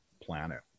planet